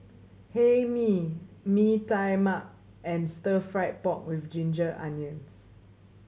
Hae Mee Mee Tai Mak and Stir Fried Pork With Ginger Onions